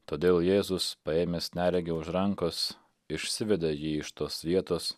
todėl jėzus paėmęs neregį už rankos išsivedė jį iš tos vietos